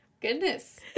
Goodness